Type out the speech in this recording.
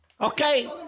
Okay